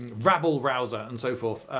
rabble-rouser and so forth.